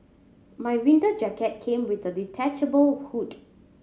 my winter jacket came with a detachable hood